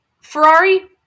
Ferrari